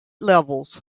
levels